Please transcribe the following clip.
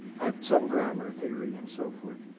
have some grammar theory, and so forth.